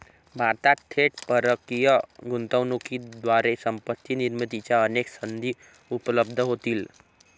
भारतात थेट परकीय गुंतवणुकीद्वारे संपत्ती निर्मितीच्या अनेक संधी उपलब्ध होतील